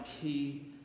key